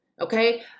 okay